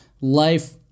Life